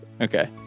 Okay